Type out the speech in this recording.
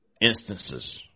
instances